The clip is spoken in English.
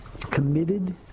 committed